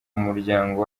muryango